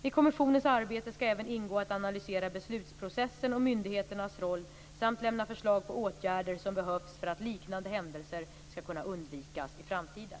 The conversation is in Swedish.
I kommissionens arbete skall även ingå att analysera beslutsprocessen och myndigheternas roll samt att lämna förslag på åtgärder som behövs för att liknande händelser skall kunna undvikas i framtiden.